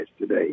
today